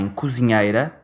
cozinheira